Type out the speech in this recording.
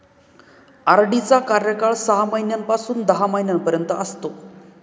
RD चा कार्यकाळ सहा महिन्यापासून दहा महिन्यांपर्यंत असतो